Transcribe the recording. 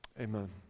Amen